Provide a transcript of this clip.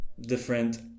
different